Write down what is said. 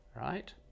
Right